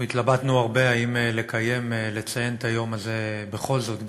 אנחנו התלבטנו הרבה אם לציין את היום הזה בכל זאת,